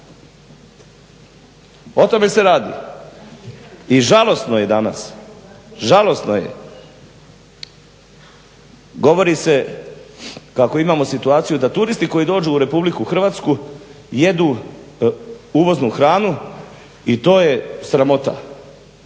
O tome se radi i žalosno je danas, žalosno. Govori se kako imamo situaciju da turisti koji dođu u RH jedu uvoznu hranu i to je sramota.